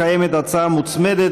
יש הצעה מוצמדת,